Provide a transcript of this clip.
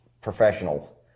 professional